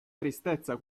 tristezza